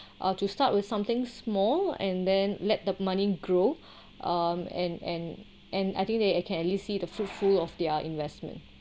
uh to start with something small and then let that money grow um and and and I think that they can at least see the fruitful of their investment